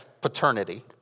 paternity